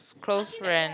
close friend